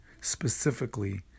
specifically